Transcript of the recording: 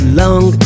long